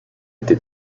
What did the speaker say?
été